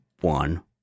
one